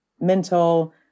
mental